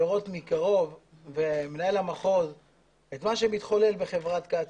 הגיעו לראות מקרוב את מה שמתחולל בחברת קצ"א.